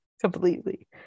completely